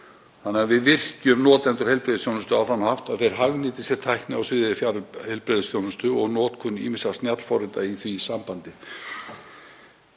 þannig að við virkjum notendur heilbrigðisþjónustu á þann hátt að þeir hagnýti sér tækni á sviði fjarheilbrigðisþjónustu og notkun ýmissa snjallforrita í því sambandi.